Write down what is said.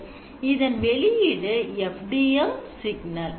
இதன் வெளியீடு FDM signal